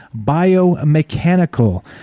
biomechanical